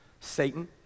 Satan